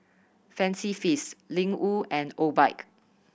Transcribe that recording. Fancy Feast Ling Wu and Obike